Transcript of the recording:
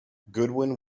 goodwin